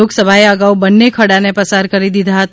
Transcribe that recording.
લોકસભાએ અગાઉ બંને ખરડાને પસાર કરી દીધા હતા